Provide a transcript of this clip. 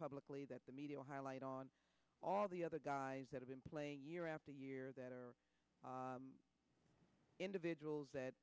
publicly that the media highlight on all the other guys that have been playing year after year that are individuals that